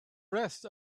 rest